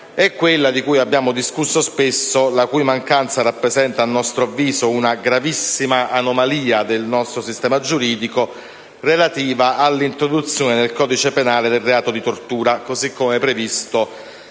e quello, di cui abbiamo discusso spesso, la cui mancanza rappresenta a nostro avviso una gravissima anomalia del nostro sistema giuridico, relativo all'introduzione nel codice penale del reato di tortura, così come previsto